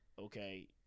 okay